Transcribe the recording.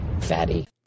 fatty